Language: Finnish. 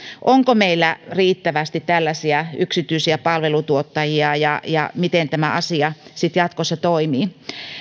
onko meillä riittävästi tällaisia yksityisiä palveluntuottajia ja miten tämä asia sitten jatkossa toimii